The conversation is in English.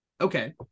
Okay